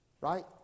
right